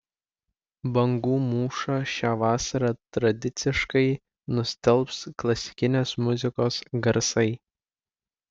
bangų mūšą šią vasarą tradiciškai nustelbs klasikinės muzikos garsai